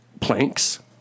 planks